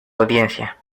audiencia